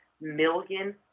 million